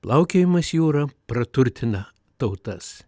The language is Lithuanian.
plaukiojimas jūra praturtina tautas